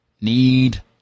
need